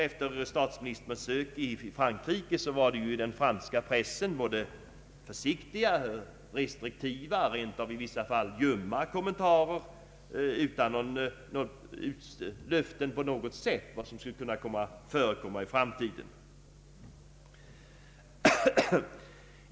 Efter statsministerns besök i Frankrike förekom det i den franska pressen både försiktiga, restriktiva och i vissa fall rent av ljumma kommentarer utan några som helst löften om vad som skulle förekomma i framtiden.